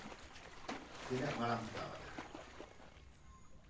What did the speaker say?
ᱛᱤᱱᱟᱹᱜ ᱵᱷᱟᱲᱟᱢ ᱦᱟᱛᱟᱣᱮᱫᱼᱟ